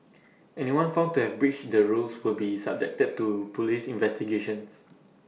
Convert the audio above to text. anyone found to have breached the rules will be subjected to Police investigations